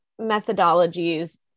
methodologies